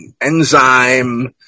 enzyme